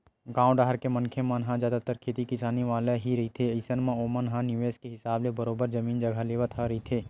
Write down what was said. गाँव डाहर के मनखे मन ह जादतर खेती किसानी वाले ही रहिथे अइसन म ओमन ह निवेस के हिसाब ले बरोबर जमीन जघा लेवत रहिथे